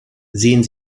sehen